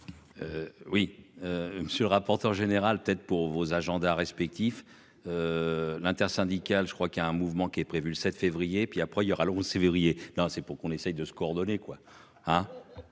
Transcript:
Oui. Monsieur le rapporteur général tête pour vos agendas respectifs. L'intersyndicale. Je crois qu'il y a un mouvement qui est prévu le 7 février et puis après il y aura le 11 février dans c'est pour qu'on essaye de se coordonner quoi hein.